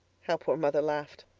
how poor mother laughed!